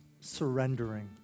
surrendering